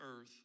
earth